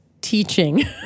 teaching